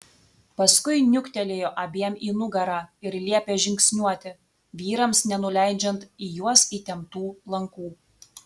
paskui niuktelėjo abiem į nugarą ir liepė žingsniuoti vyrams nenuleidžiant į juos įtemptų lankų